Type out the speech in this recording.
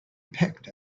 picked